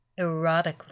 erotically